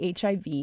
HIV